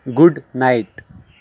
good night